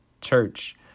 church